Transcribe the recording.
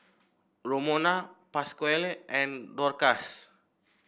Romona Pasquale and Dorcas